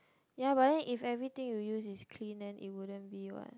ya but then if everything you use is clean then it wouldn't be what